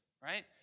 Right